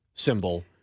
Symbol